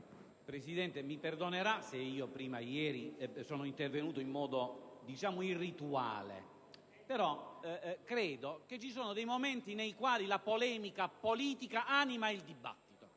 Presidente, mi perdonerà se in altre occasioni sono intervenuto diciamo in modo irrituale, però credo che ci siano dei momenti nei quali la polemica politica anima il dibattito